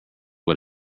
but